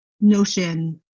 notion